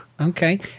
Okay